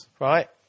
Right